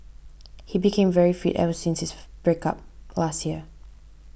he became very fit ever since his break up last year